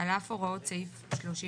על אף הוראות סעיף 34,